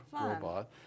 robot